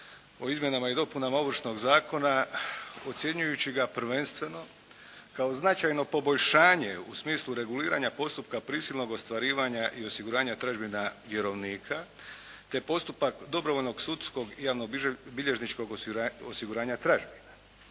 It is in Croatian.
o izmjenama i dopunama Ovršnog zakona ocjenjujući ga prvenstveno kao značajno poboljšanje u smislu reguliranja postupka prisilnog ostvarivanja i osiguranja tražbina vjerovnika te postupak dobrovoljnog sudskog javnobilježničkog osiguranja tražbina.